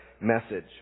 message